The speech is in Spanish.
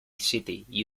city